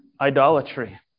idolatry